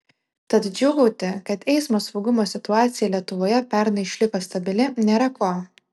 tad džiūgauti kad eismo saugumo situacija lietuvoje pernai išliko stabili nėra ko